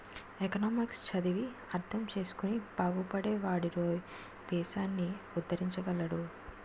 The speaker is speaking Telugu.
ఎకనామిక్స్ చదివి అర్థం చేసుకుని బాగుపడే వాడేరోయ్ దేశాన్ని ఉద్దరించగలడు